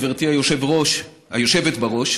גברתי היושבת בראש,